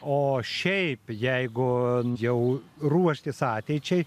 o šiaip jeigu jau ruoštis ateičiai